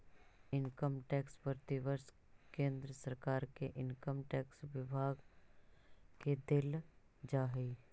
income tax प्रतिवर्ष केंद्र सरकार के इनकम टैक्स विभाग के देल जा हई